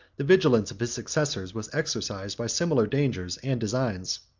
the vigilance of his successors was exercised by similar dangers and designs.